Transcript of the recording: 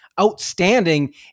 outstanding